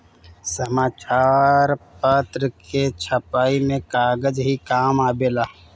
समाचार पत्र के छपाई में कागज ही काम आवेला